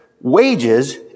wages